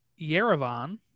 Yerevan